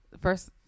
First